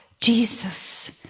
Jesus